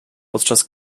podczas